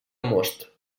most